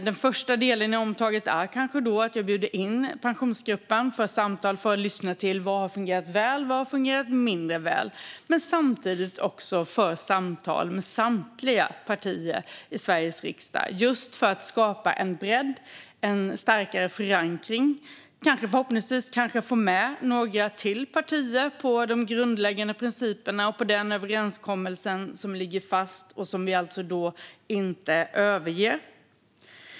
Den första delen i omtaget är kanske att jag bjuder in Pensionsgruppen för samtal för att lyssna på vad som har fungerat väl och vad som har fungerat mindre väl men samtidigt också för samtal med samtliga partier i Sveriges riksdag just för att skapa en bredd, en starkare förankring och förhoppningsvis kanske få med några partier till när det gäller de grundläggande principerna och den överenskommelse som ligger fast och som vi alltså inte överger.